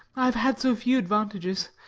i have had so few advantages.